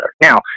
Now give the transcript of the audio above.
Now